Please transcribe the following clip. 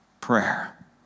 prayer